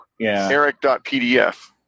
Eric.pdf